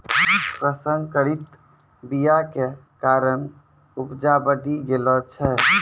प्रसंकरित बीया के कारण उपजा बढ़ि गेलो छै